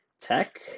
Tech